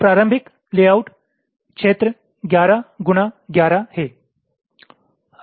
तो प्रारंभिक लेआउट क्षेत्र 11 गुणा 11 है